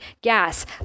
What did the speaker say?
gas